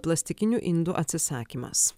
plastikinių indų atsisakymas